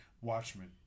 Watchmen